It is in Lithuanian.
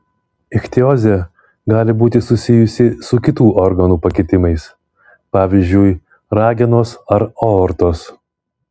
ichtiozė gali būti susijusi su kitų organų pakitimais pavyzdžiui ragenos ar aortos